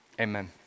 amen